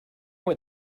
what